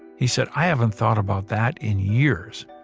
he said i haven't thought about that in years.